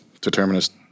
determinist